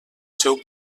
seu